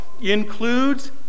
includes